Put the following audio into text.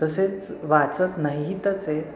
तसेच वाचत नाहीतच आहे